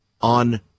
on